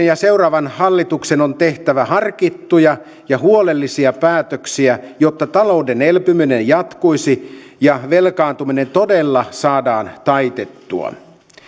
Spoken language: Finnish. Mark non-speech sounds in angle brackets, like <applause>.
<unintelligible> ja seuraavan hallituksen on tehtävä harkittuja ja huolellisia päätöksiä jotta talouden elpyminen jatkuisi ja velkaantuminen todella saadaan taitettua